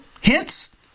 hints